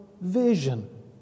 vision